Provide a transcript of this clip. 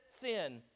sin